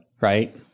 Right